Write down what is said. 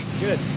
Good